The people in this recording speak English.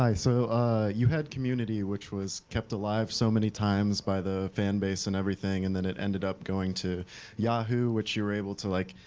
so you had community, which was kept alive so many times by the fanbase, and everything. and then it ended up going to yahoo which you're able to, like,